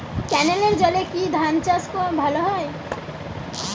ক্যেনেলের জলে কি ধানচাষ ভালো হয়?